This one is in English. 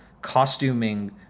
costuming